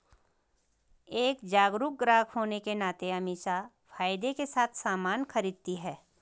एक जागरूक ग्राहक होने के नाते अमीषा फायदे के साथ सामान खरीदती है